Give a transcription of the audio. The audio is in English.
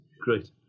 Great